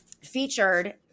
featured